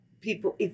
people